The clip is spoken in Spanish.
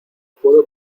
puedo